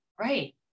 right